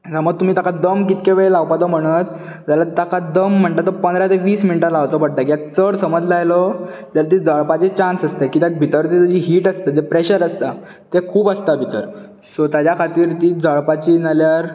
हांगा तुमी ताका दम कितको वेळ लावपाचो म्हणत जाल्यार ताका दम म्हणटा तो पंदरा ते वीस मिणटां लावचो पडटा कित्याक चड समज लायलो जाल्यार ती जळपाची चान्स आसता कित्याक भितर जी ताची हीट आसता जे प्रेशर आसता ते खूब आसता भितर सो ताच्या खातीर ती जळपाची नाल्यार